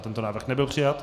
Tento návrh nebyl přijat.